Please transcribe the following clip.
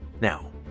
Now